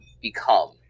become